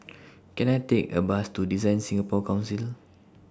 Can I Take A Bus to DesignSingapore Council